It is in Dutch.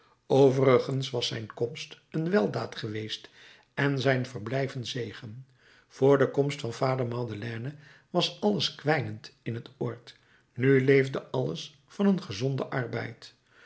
overigens was zijn komst een weldaad geweest en zijn verblijf een zegen vr de komst van vader madeleine was alles kwijnend in het oord nu leefde alles van een gezonden arbeid